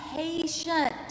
Patient